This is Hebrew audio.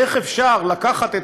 איך אפשר לקחת את